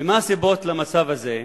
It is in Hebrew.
ומה הסיבות למצב הזה,